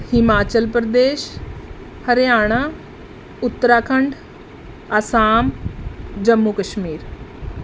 Himachal Pradesh Haryana Uttarakhand Assam Jammu Kashmir